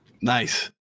Nice